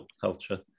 culture